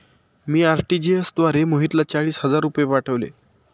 मी RTGS द्वारे मोहितला चाळीस हजार रुपये पाठवले